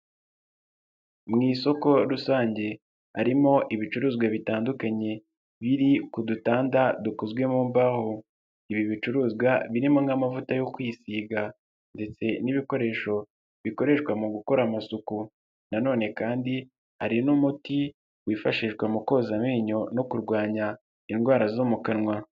Mu isoko rusange harimo ibicuruzwa bitandukanye biri ku dutanda dukozwe mu mbaho, ibi bicuruzwa birimo nk'amavuta yo kwisiga ndetse n'ibikoresho bikoreshwa mu gukora amasuku nanone kandi hari n'umuti wifashishwa mu koza amenyo no kurwanya indwara zo mu kanwa.